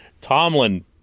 Tomlin